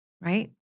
right